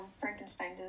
frankenstein